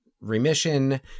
remission